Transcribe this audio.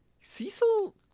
Cecil